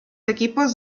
equipos